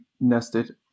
nested